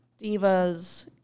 Divas